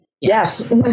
yes